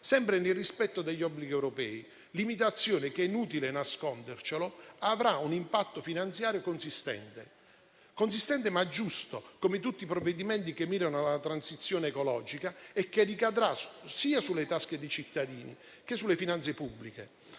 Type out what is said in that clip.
sempre nel rispetto degli obblighi europei; limitazione che, è inutile nascondercelo, avrà un impatto finanziario consistente ma giusto, come tutti i provvedimenti che mirano alla transizione ecologica, e che ricadrà sia sulle tasche dei cittadini che sulle finanze pubbliche